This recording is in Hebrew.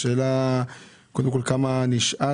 השאלה היא קודם כל כמה נשאר?